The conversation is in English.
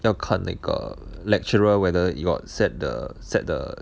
要看那个 lecturer whether you got set the set the